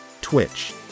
Twitch